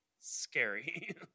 scary